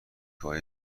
های